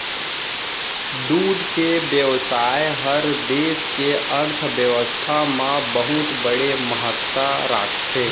दूद के बेवसाय हर देस के अर्थबेवस्था म बहुत बड़े महत्ता राखथे